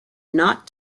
not